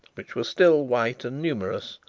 which were still white and numerous,